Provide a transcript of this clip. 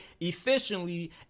efficiently